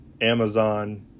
Amazon